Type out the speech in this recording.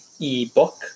ebook